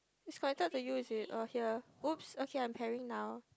it's connected to you is it or here whoops okay I'm pairing now